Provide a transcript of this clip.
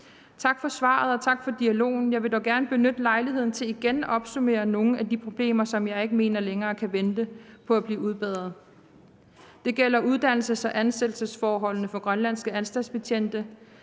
Tak for svaret, og tak for dialogen. Jeg vil dog gerne benytte lejligheden til igen at opsummere nogle af de problemer, som jeg ikke mener kan vente længere på at blive udbedret. Det gælder uddannelses- og ansættelsesforholdene for grønlandske anstaltsbetjente.